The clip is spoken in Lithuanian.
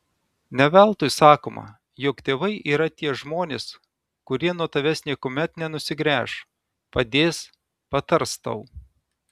ne veltui sakoma jog tėvai yra tie žmonės kurie nuo tavęs niekuomet nenusigręš padės patars tau